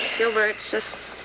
gilbert, just.